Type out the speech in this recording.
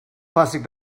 plastic